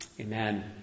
amen